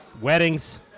Weddings